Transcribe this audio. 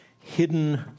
Hidden